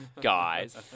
guys